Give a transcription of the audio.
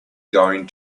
going